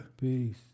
Peace